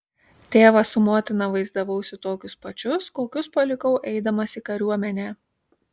tėvą su motina vaizdavausi tokius pačius kokius palikau eidamas į kariuomenę